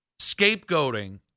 Scapegoating